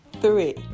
three